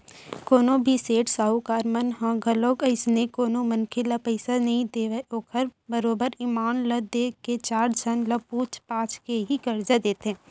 कोनो भी सेठ साहूकार मन ह घलोक अइसने कोनो मनखे ल पइसा नइ देवय ओखर बरोबर ईमान ल देख के चार झन ल पूछ पाछ के ही करजा देथे